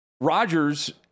Rodgers